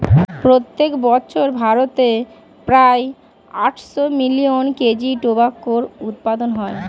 প্রত্যেক বছর ভারতে প্রায় আটশো মিলিয়ন কেজি টোবাকোর উৎপাদন হয়